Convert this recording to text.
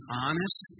honest